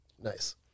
Nice